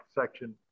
section